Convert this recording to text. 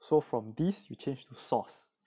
so from this you change to sauce